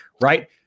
right